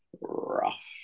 rough